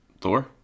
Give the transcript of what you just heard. Thor